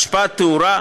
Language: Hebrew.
והשפעות תאורה,